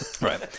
Right